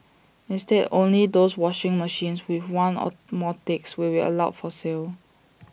instead only those washing machines with one or more ticks will be allowed for sale